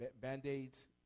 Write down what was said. band-aids